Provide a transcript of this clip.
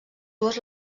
dues